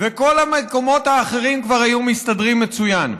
וכל המקומות האחרים כבר היו מסתדרים מצוין.